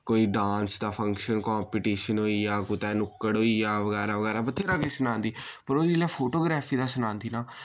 कोई डांस दा function competition होइया कुतै नुक्कड़ होइया बगैरा बगैरा बथ्हेरा किश सनांदी पर ओह् जिल्लै फोटोग्राफी दा सनांदी ना